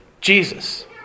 Jesus